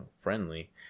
friendly